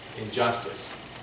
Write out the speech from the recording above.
injustice